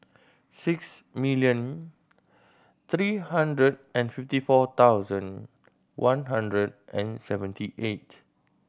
six million three hundred and fifty four thousand one hundred and seventy eight